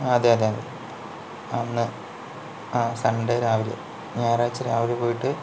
ആ അതെ അതെ അന്ന് സൺഡേ രാവിലെ ഞായറാഴ്ച രാവിലെ പോയിട്ട്